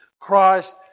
Christ